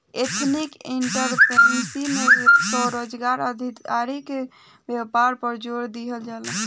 ethnic entrepreneurship में स्वरोजगार आधारित व्यापार पर जोड़ दीहल जाला